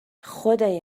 خدای